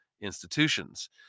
institutions